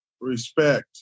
respect